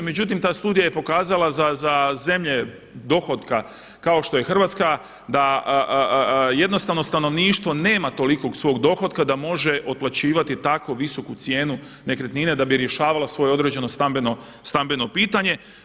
Međutim, ta studija je pokazala za zemlje dohotka kao što je Hrvatska da jednostavno stanovništvo nema tolikog svog dohotka da može otplaćivati tako visoku cijenu nekretnine da bi rješavala svoje određeno stambeno pitanje.